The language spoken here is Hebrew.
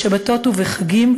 בשבתות ובחגים,